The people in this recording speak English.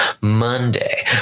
Monday